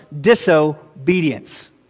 disobedience